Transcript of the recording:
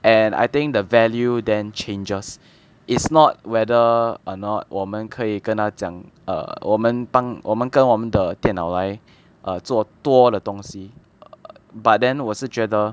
and I think the value then changes is not whether or not 我们可以跟他讲 err 我们帮我们跟我们的电脑来 err 做多的东西 err but then 我是觉得